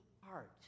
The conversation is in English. heart